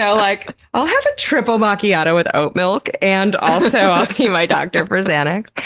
yeah like i'll have a triple macchiato with oat milk and also, i'll see my doctor for xanax.